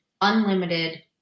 unlimited